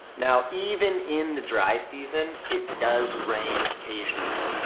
now even in the dry season, it does rain occasionally.